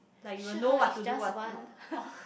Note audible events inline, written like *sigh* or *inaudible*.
like you will know what to do one not *noise*